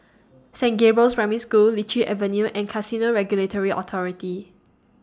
Saint Gabriel's Primary School Lichi Avenue and Casino Regulatory Authority